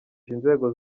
inzego